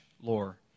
lore